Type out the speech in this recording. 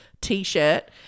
T-shirt